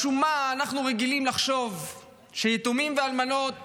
משום מה אנחנו רגילים לחשוב שיתומים ואלמנות